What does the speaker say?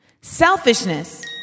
Selfishness